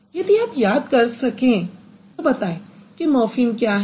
यदि आप याद कर सकें तो बताएं कि मॉर्फ़िम क्या हैं